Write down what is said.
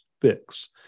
fix